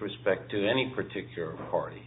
respect to any particular party